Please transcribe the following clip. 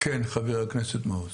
כן, חבר הכנסת מעוז.